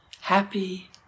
happy